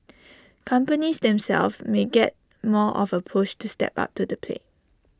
companies themselves may get more of A push to step up to the plate